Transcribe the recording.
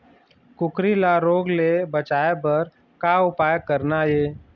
कुकरी ला रोग ले बचाए बर का उपाय करना ये?